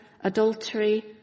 adultery